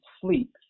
sleep